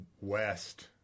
west